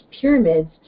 pyramids